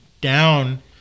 down